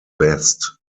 best